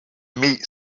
meet